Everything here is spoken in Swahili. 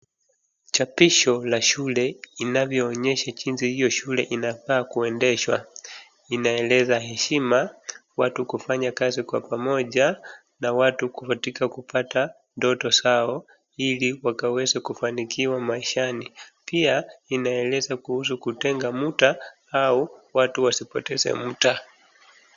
Chapisho la shule inavyonyesha jinsi hiyo shule inafaa kuendeshwa. Inaeleza heshima, watu kufanya kazi kwa pamoja na watu kupatika kupata ndoto zao ili wakaweze kufanikiwa maishani. Pia inaeleza kuhusu kutenga muda au watu wasipoteze muda.